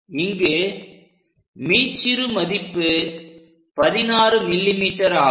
இங்கு மீச்சிறு மதிப்பு 16mm ஆகும்